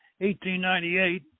1898